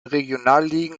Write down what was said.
regionalligen